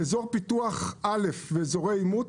באזור פיתוח א' ואזורי עימות,